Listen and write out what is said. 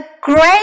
great